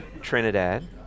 Trinidad